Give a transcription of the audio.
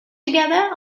together